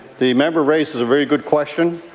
the member raises a very good question.